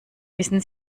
wissen